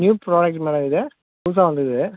new product madam இது புதுசாக வந்திருக்கு